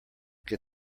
get